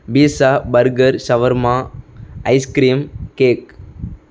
pizza burger shawarma ice cream cake